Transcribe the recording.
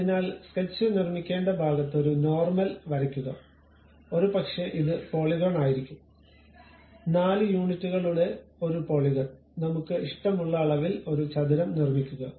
അതിനാൽ സ്കെച്ചു നിർമിക്കേണ്ട ഭാഗത്തു ഒരു നോർമൽ വരക്കുക ഒരുപക്ഷേ ഇത് പോളിഗോൺ ആയിരിക്കാം 4 യൂണിറ്റുകളുടെ ഒരു പോളിഗോൺ നമ്മുക്ക് ഇഷ്ടമുള്ള അളവിൽ ഒരു ചതുരം നിർമിക്കുക